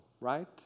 right